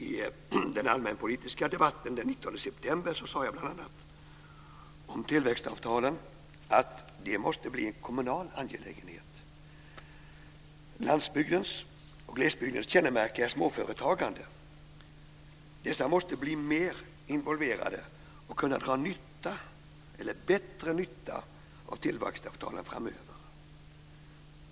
I den allmänpolitiska debatten den 19 september sade jag bl.a. om tillväxtavtalen att "de måste bli en kommunal angelägenhet". Landsbygdens och glesbygdens kännemärke är småföretagande. Dessa måste bli mer involverade och kunna dra bättre nytta av tillväxtavtalen framöver.